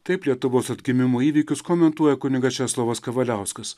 taip lietuvos atgimimo įvykius komentuoja kunigas česlovas kavaliauskas